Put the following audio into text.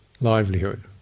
livelihood